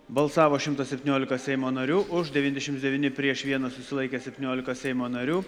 balsavo šimtas septyniolika seimo narių už devyniasdešims devyni prieš vienas susilaikė septyniolika seimo narių